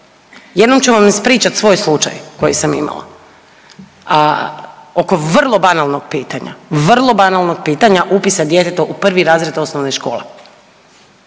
Jednom ću vam ispričat svoj slučaj koji sam imala, a oko vrlo banalnog pitanja, vrlo banalnog pitanja upisa djeteta u 1. razred osnovne škole,